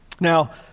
Now